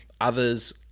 others